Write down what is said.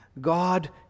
God